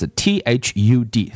thud